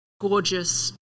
gorgeous